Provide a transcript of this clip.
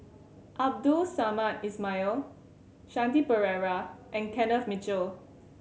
Abdul Samad Ismail Shanti Pereira and Kenneth Mitchell